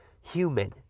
human